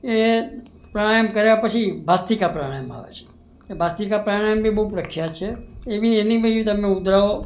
એ પ્રાણાયામ કર્યાં પછી ભાસ્તિકા પ્રાણાયામ આવે છે એ ભાસ્તિકા પ્રાણાયામ બી બહુ પ્રખ્યાત છે એ બી એની બી તમે મુદ્રાઓ